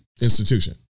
institution